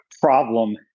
problem